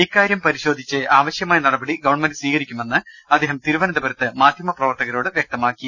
ഇക്കാര്യം പരിശോധിച്ച് ആവശ്യമായ നടപടി ഗവൺമെന്റ് സ്വീകരിക്കുമെന്ന് അദ്ദേഹം തിരുവനന്തപുരത്ത് മാധ്യമപ്രവർത്തകരോട് വ്യക്തമാ ക്കി